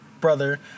brother